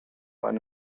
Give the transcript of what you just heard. eine